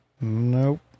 Nope